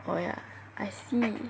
well yeah I see